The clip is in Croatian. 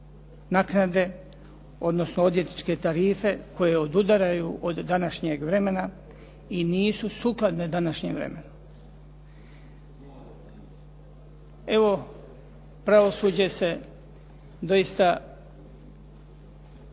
naknade, odnosno odvjetničke tarife koje odudaraju od današnjeg vremena i nisu sukladne današnjem vremenu. Evo, pravosuđe se doista